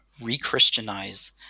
re-Christianize